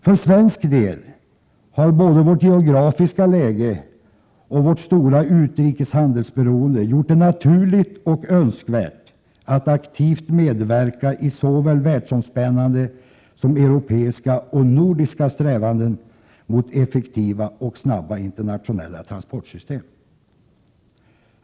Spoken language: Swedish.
För svensk del har både vårt geografiska läge och vårt stora utrikeshandelsberoende gjort det naturligt och önskvärt att aktivt medverka i såväl världsomspännande som europeiska och nordiska strävanden mot effektiva och snabba internationella transportsystem.